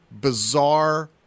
bizarre